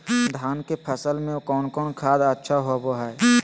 धान की फ़सल में कौन कौन खाद अच्छा होबो हाय?